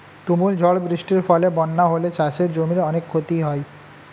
তুমুল ঝড় বৃষ্টির ফলে বন্যা হলে চাষের জমির অনেক ক্ষতি হয়